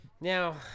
Now